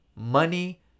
money